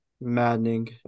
maddening